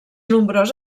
nombrós